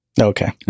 Okay